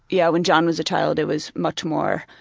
yeah, when john was a child it was much more,